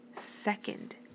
second